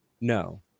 No